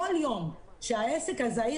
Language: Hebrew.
כל יום שהעסק הזעיר,